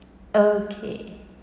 okay